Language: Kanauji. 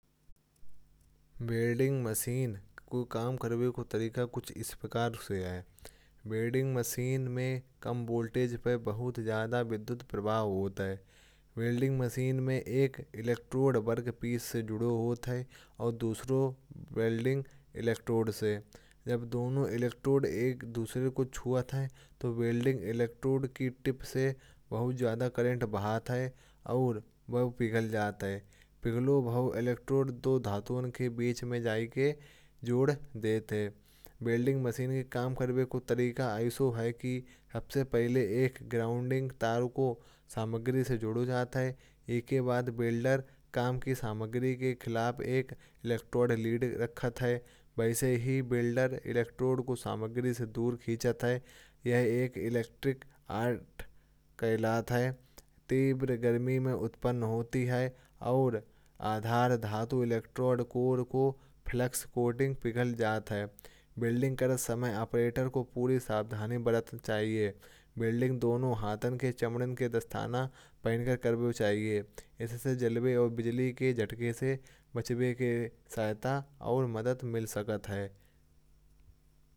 वेंडिंग मशीन के काम करने का तरीका कुछ इस प्रकार है। वेंडिंग मशीन में लो वोल्टेज पर एक एडवांस्ड इलेक्ट्रिकल सिस्टम का उपयोग होता है। वेंडिंग मशीन में सेंसर्स और कंट्रोलर्स लगे होते हैं जो कॉइन्स या नोट्स को डिटेक्ट करते हैं। जब कस्टमर वेंडिंग मशीन में पैसे डालता है मशीन पेमेंट को वेरीफाई करती है। अगर पेमेंट सही है तो मशीन के मैकेनिज्म एक्टिव होते हैं। और सेलेक्टेड आइटम को रिलीज़ कर दिया जाता है। वेंडिंग मशीन के अंदर एक मोटराइज्ड सिस्टम होता है जो आइटम को कम्पार्टमेंट से पुश करके डिस्पेंस करता है। मशीन के सेंसर्स सुनिश्चित करते हैं कि कस्टमर को सही आइटम मिले। साथ ही अगर कोई इशू हो जाए जैसे नोट या कॉइन एक्सेप्ट न हो मशीन रिफंड कर देती है। वेंडिंग मशीनों का उपयोग स्नैक्स, बेवरेजेस, और बेसिक प्रोडक्ट्स सेल करने के लिए होता है। ये modern systems cashless payment options भी सपोर्ट करते हैं। जैसे क्रेडिट कार्ड्स और मोबाइल वॉलेट्स। इनका मेंटेनेंस ज़रूरी होता है ताकि मशीन एफिसिएंटली काम करे।